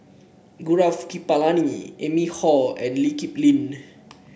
Gaurav Kripalani Amy Khor and Lee Kip Lin